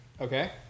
Okay